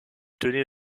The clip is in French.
tenait